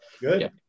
Good